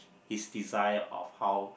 his desire of how